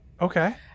Okay